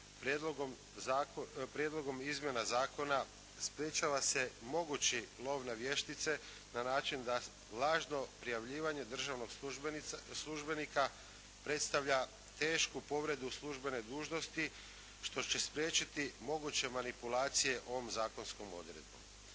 prijedlogom izmjena zakona sprječava se mogući lov na vještine na način da lažno prijavljivanje državnog službenika predstavlja tešku povredu službene dužnosti što će spriječiti moguće manipulacije ovom zakonskom odredbom.